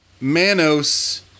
manos